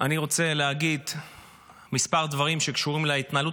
אני רוצה להגיד כמה דברים שקשורים להתנהלות